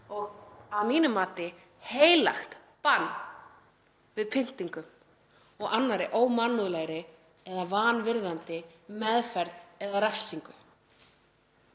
og að mínu mati heilagt bann við pyndingum og annarri ómannúðlegri eða vanvirðandi meðferð eða refsingu.